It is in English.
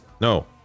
No